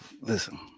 Listen